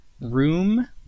Room